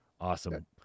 Awesome